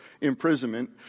imprisonment